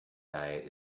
diet